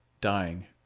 dying